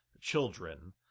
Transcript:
children